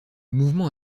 mouvement